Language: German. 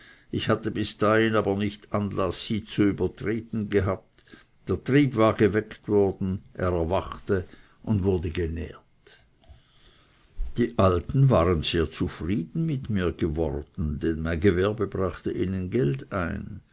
ich hatte bis dahin aber nicht anlaß sie zu übertreten gehabt der trieb war nicht geweckt worden er erwachte und wurde genährt die alten waren sehr zufrieden mit mir geworden denn mein gewerbe brachte ihnen geld ein